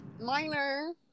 minor